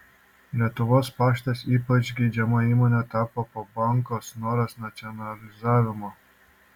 lietuvos paštas ypač geidžiama įmone tapo po banko snoras nacionalizavimo